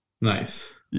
Nice